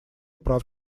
прав